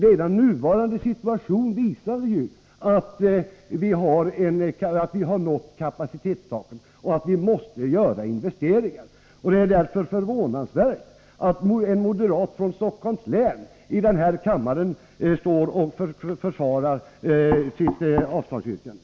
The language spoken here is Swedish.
Redan nuvarande situation visar ju att vi har nått kapacitetstaken och att vi måste göra investeringar. Det är därför förvånansvärt att en moderat från Stockholms län i den här kammaren står och försvarar sitt avslagsyrkande.